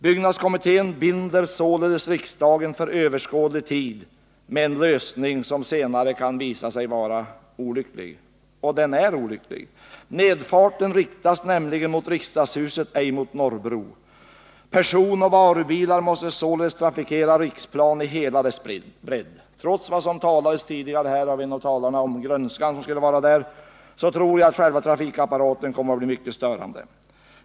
Byggnadskommittén binder således riksdagen för överskådlig tid med en lösning som senare kan visa sig vara olycklig. Och den är olycklig. Nedfarten riktas nämligen mot riksdagshuset, ej mot Norrbro. Personoch varubilar måste således trafikera Riksplan i hela dess bredd. Trots vad en av talarna tidigare sade om grönskan där tror jag att själva trafikapparaten kommer att vara mycket störande.